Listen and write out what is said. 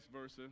versa